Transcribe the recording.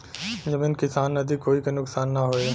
जमीन किसान नदी कोई के नुकसान न होये